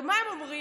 הרי מה הם אומרים?